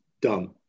done